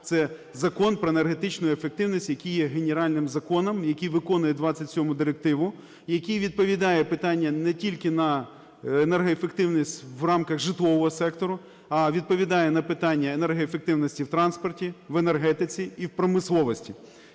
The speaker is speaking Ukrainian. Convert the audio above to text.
Це Закон про енергетичну ефективність, який є генеральним законом, який виконує 27 Директиву і який відповідає питанню не тільки на енергоефективність в рамках житлового сектору, а відповідає на питання енергоефективності в транспорті, в енергетиці, і в промисловості.